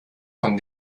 von